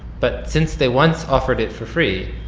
but since they once offered it for free,